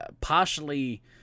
partially